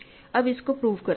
अब इसको प्रूव करते हैं